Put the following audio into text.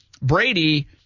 Brady